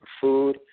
food